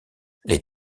les